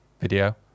video